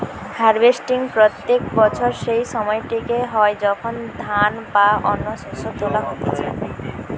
harvesting প্রত্যেক বছর সেই সময়টিতে হয় যখন ধান বা অন্য শস্য তোলা হতিছে